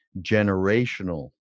generational